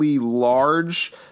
large